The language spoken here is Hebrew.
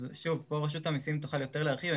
אז, שוב, פה רשות המסים תוכל יותר להרחיב.